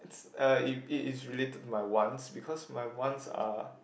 it's uh if it is related by wants because my wants are